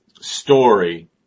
story